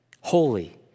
Holy